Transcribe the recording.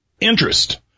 interest